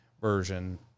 version